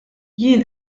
jien